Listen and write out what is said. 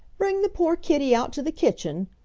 bring the poor kitty out to the kitchen,